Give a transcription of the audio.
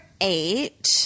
eight